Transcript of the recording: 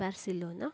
Barcelona